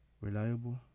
reliable